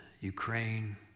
Ukraine